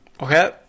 Okay